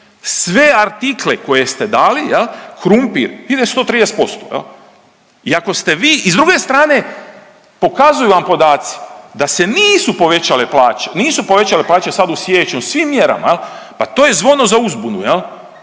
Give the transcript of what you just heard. sve artikle koje ste dali, jel' krumpir ide 130%. I ako ste vi i s druge strane pokazuju vam podaci da se nisu povećale plaće, nisu povećale plaće sad u siječnju svim mjerama. Pa to je zvono za uzbunu, to